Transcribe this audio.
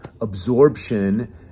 absorption